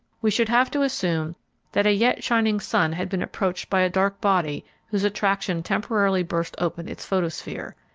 we should have to assume that a yet shining sun had been approached by a dark body whose attraction temporarily burst open its photosphere.